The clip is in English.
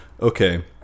okay